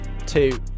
two